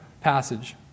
passage